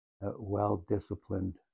well-disciplined